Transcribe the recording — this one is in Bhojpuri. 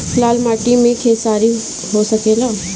लाल माटी मे खेसारी हो सकेला?